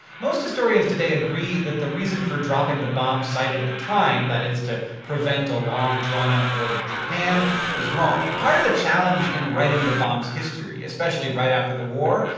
most historians today agree that the reason for dropping the bomb cited at the time that is, to prevent a long, drawn-out war with japan is wrong. part of the challenge in writing the bomb's history, especially right after the war,